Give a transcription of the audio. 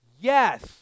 yes